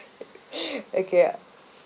okay